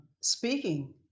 speaking